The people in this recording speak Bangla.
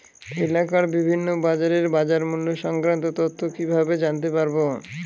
এলাকার বিভিন্ন বাজারের বাজারমূল্য সংক্রান্ত তথ্য কিভাবে জানতে পারব?